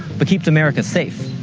but keeps america safe?